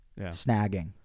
snagging